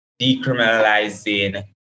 decriminalizing